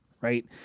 right